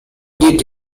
did